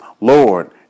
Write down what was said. Lord